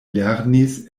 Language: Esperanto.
lernis